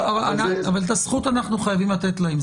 אבל את הזכות אנחנו חייבים לתת להן.